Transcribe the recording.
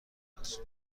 است